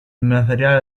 materiale